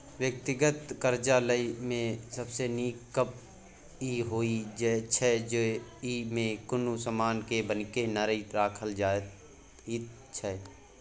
व्यक्तिगत करजा लय मे सबसे नीक गप ई होइ छै जे ई मे कुनु समान के बन्हकी नहि राखल जाइत छै